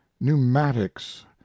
pneumatics